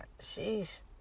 Sheesh